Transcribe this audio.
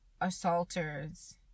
assaulters